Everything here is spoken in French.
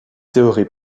théories